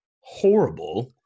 horrible